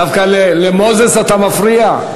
דווקא למוזס אתה מפריע?